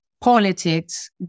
politics